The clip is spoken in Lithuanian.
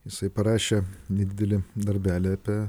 jisai parašė nedidelį darbelį apie